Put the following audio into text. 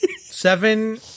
Seven